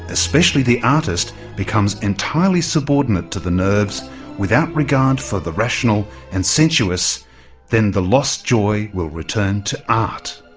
especially the artist becomes entirely subordinate to the nerves without regard for the rational and sensuous then the lost joy will return to art.